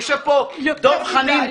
-- יושב פה דב חנין,